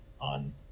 on